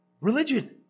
religion